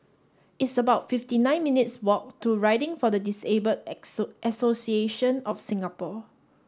it's about fifty nine minutes' walk to Riding for the Disabled Association of Singapore